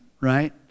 right